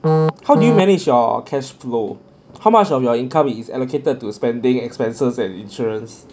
how do you manage your cash flow how much of your income is allocated to spending expenses and insurance